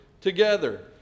together